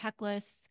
checklists